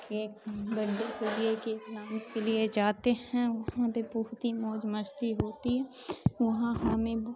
cake birthday کے لیے cake لانے کے لیے جاتے ہیں وہاں پہ بہت ہی موج مستی ہوتی ہے وہاں ہمیں